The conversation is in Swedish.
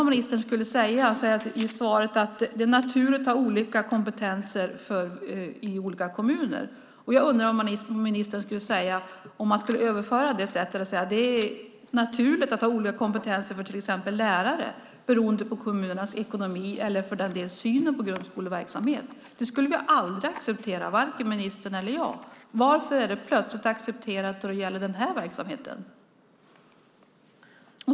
Ministern säger i svaret att det är naturligt att ha olika kompetenser i olika kommuner. Jag undrar vad ministern skulle säga om man skulle överföra det och säga att det är naturligt att ha olika kompetenser när det gäller till exempel lärare beroende på kommunernas ekonomi eller syn på grundskoleverksamhet. Det skulle vi aldrig acceptera, varken ministern eller jag. Varför är det plötsligt acceptabelt när det gäller den här verksamheten?